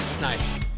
nice